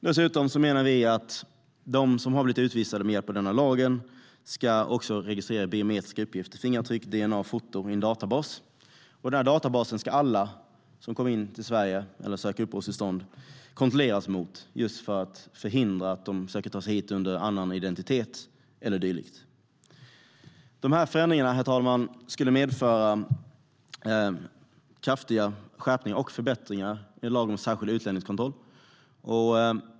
Dessutom menar vi att de som har blivit utvisade med stöd av denna lag också ska registrera biometriska uppgifter - fingeravtryck, dna och foto - i en databas. Denna databas ska alla som kommer in till Sverige eller söker uppehållstillstånd här kontrolleras mot just för att förhindra att de försöker ta sig hit under annan identitet eller dylikt. Dessa förändringar, herr talman, skulle medföra kraftiga skärpningar och förbättringar i lagen om särskild utlänningskontroll.